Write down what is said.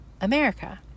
america